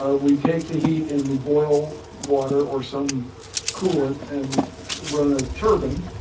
ah we take the heat, and we boil water or some coolant, and run a turbine,